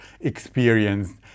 experienced